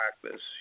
practice